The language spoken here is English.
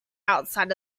outside